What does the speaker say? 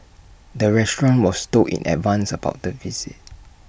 the restaurant was told in advance about the visit